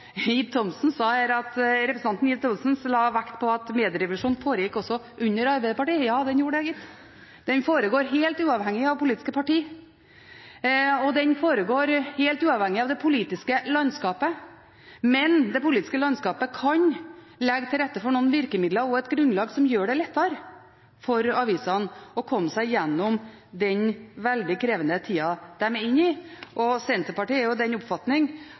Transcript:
Representanten Ib Thomsen la vekt på at medierevolusjonen foregikk også under Arbeiderpartiet. Ja, den gjorde det, gitt! Den foregår helt uavhengig av politiske partier. Og den foregår helt uavhengig av det politiske landskapet. Men det politiske landskapet kan legge til rette for noen virkemidler og et grunnlag som gjør det lettere for avisene å komme seg gjennom den veldig krevende tida de er inne i. Senterpartiet er av den oppfatning